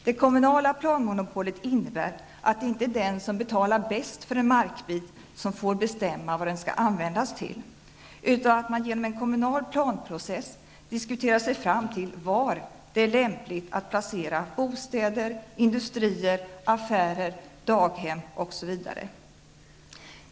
Det kommunala planmonopolet innebär att det inte är den som betalar bäst för en markbit som får bestämma vad den skall användas till, utan att man genom en kommunal planprocess diskuterar sig fram till var det är lämpligt att placera bostäder, industrier, affärer, daghem, osv.